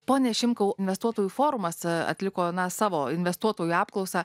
pone šimkau investuotojų forumas atliko na savo investuotojų apklausą